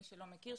מי שלא מכיר,